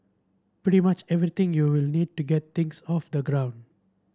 pretty much everything you will need to get things off the ground